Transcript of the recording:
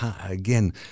again